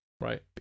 right